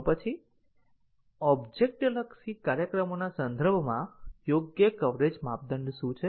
તો પછી ઓબ્જેક્ટ લક્ષી કાર્યક્રમોના સંદર્ભમાં યોગ્ય કવરેજ માપદંડ શું છે